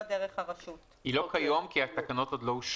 לא כיום כי התקנות עוד לא אושרו.